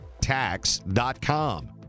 tax.com